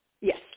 Yes